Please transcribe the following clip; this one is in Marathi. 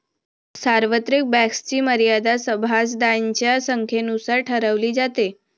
सार्वत्रिक बँक्सची मर्यादा सभासदांच्या संख्येनुसार ठरवली जाते